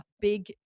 big